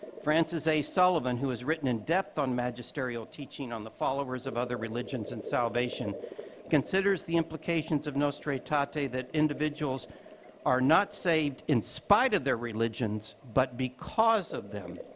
francis a. sullivan, who has written in depth on magisterial teaching on the followers of other religions and salvation considers the implications of nostra aetate that individuals are not saved in spite of their religions but because of them